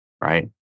right